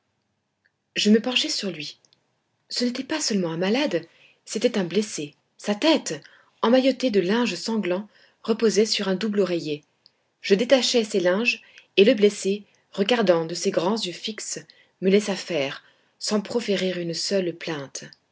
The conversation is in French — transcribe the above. je me penchai sur lui ce n'était pas seulement un malade c'était un blessé sa tête emmaillotée de linges sanglants reposait sur un double oreiller je détachai ces linges et le blessé regardant de ses grands yeux fixes me laissa faire sans proférer une seule plainte